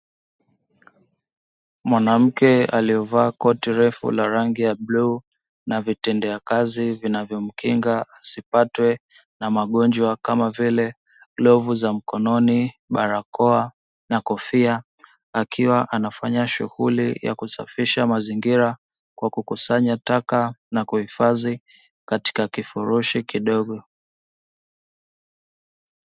Mwanamke aliyevaa koti refu la rangi ya bluu na vitendea kazi vinavyo mkinga asipatwe na magonjwa kama vile glovu za mkononi, barakoa, na kofia akiwa anafanya shughuli ya kusafisha mazingira kwa kukusanya na kuhifadhi katika kifurushi kidogo.